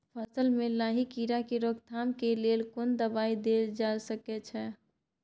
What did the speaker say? फसल में लाही कीरा के रोकथाम के लेल कोन दवाई देल जा सके छै?